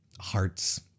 hearts